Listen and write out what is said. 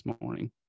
morning